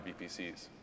VPCs